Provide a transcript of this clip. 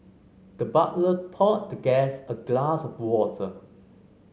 the butler poured the guest a glass of water